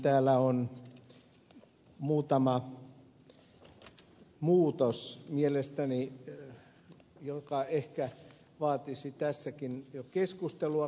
täällä on muutama muutos joka ehkä vaatisi tässäkin jo keskustelua